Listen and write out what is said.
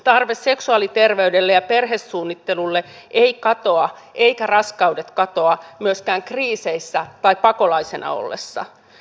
tarve seksuaaliterveydelle ja perhesuunnittelulle ei katoa eivätkä raskaudet katoa myöskään kriiseissä tai pakolaisena ollessa